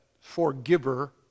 forgiver